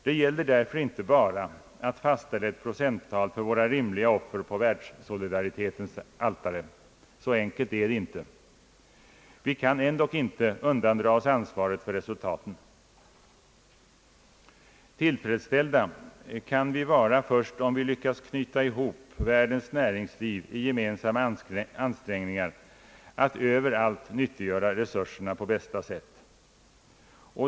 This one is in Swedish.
Det gäller därför inte bara att fastställa ett procenttal för våra rimliga offer på världssolidaritetens altare; så enkelt är det inte. Vi kan ändock inte undandra oss ansvaret för resultatet. Tillfredsställda kan vi vara först om vi lyckas knyta ihop världens näringsliv i gemehsamma ansträngningar att överallt nyttiggöra resurserna på bästa sätt.